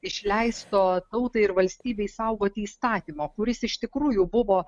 išleisto tautai ir valstybei saugoti įstatymo kuris iš tikrųjų buvo